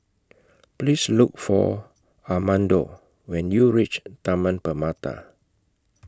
Please Look For Armando when YOU REACH Taman Permata